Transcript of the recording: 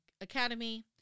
Academy